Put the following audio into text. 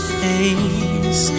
face